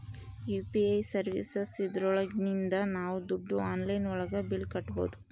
UPI services ಇದ್ರೊಳಗಿಂದ ನಾವ್ ದುಡ್ಡು ಆನ್ಲೈನ್ ಒಳಗ ಬಿಲ್ ಕಟ್ಬೋದೂ